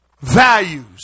values